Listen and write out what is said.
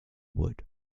wood